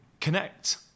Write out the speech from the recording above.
Connect